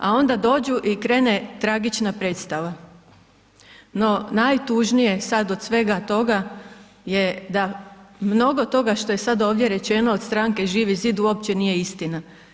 A onda dođu i krene tragična predstava, no najtužnije, sada od svega toga je da mnogo toga što je sada ovdje rečeno od stranke Živi zid uopće nije istina.